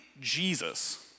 Jesus